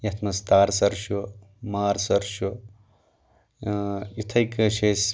یتھ منٛز تار سر چھُ مار سر چھُ اِتھٕے کٔنۍ چھِ أسۍ